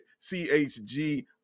chg